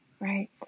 Right